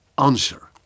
answer